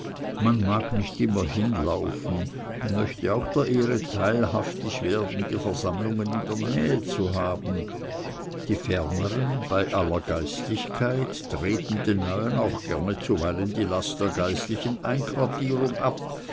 man mag nicht immer weit hinlaufen und möchte auch der ehre teilhaftig werden die versammlungen in der nähe zu haben die fernern bei aller geistlichkeit treten den neuen auch gerne zuweilen die last der geistlichen einquartierung ab